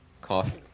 cough